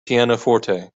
pianoforte